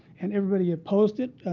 and everybody opposed it.